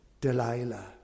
Delilah